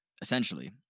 essentially